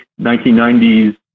1990s